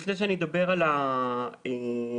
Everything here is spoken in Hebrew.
לפני שאדבר על השנתיים,